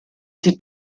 sie